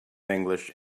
english